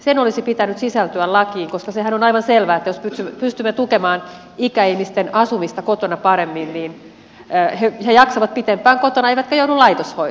sen olisi pitänyt sisältyä lakiin koska sehän on aivan selvää että jos pystymme tukemaan ikäihmisten asumista kotona paremmin niin he jaksavat pitempään kotona eivätkä joudu laitoshoitoon